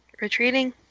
retreating